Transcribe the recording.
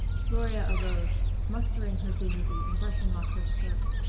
gloria arose, mustering her dignity and brushing off her skirt.